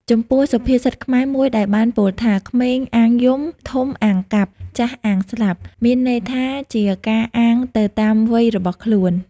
ចំពោះសុភាសិតខ្មែរមួយដែលបានពោលថា"ក្មេងអាងយំ ធំអាងកាប់ ចាស់អាងស្លាប់" មានន័យថាជាការអាងទៅតាមវ័យរបស់ខ្លួន ។